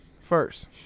First